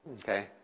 okay